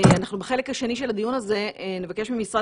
בחלק השני של הדיון הזה אנחנו נבקש ממשרד